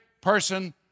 person